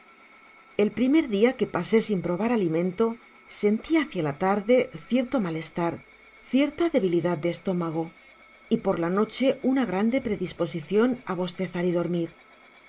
el primer dia que pasé sin probar alimento senti hacia la tarde cierto malestar cierta debilidad de estómago y por la noche una grande predisposicion á bostezar y dormir